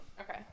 Okay